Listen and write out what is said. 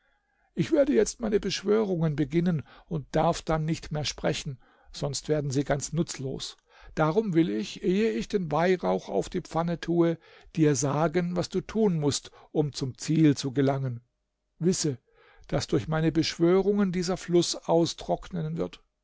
ich werde jetzt meine beschwörungen beginnen und darf dann nicht mehr sprechen sonst werden sie ganz nutzlos darum will ich ehe ich den weihrauch auf die pfanne tue dir sagen was du tun mußt um zum ziel zu gelangen wisse daß durch meine beschwörungen dieser fluß austrocknen wird